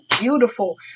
beautiful